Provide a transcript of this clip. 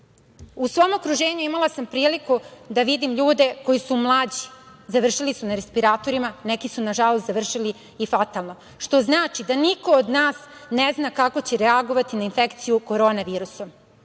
svom okruženju imala sam priliku da vidim ljude koji su mlađi, završili su na respiratorima, neki su, nažalost, završili i fatalno. Što znači da niko od nas ne zna kako će reagovati na infekciju korona virusom.